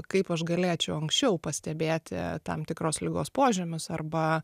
kaip aš galėčiau anksčiau pastebėti tam tikros ligos požymius arba